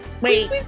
Wait